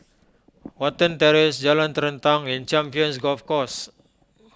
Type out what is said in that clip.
Watten Terrace Jalan Terentang and Champions Golf Course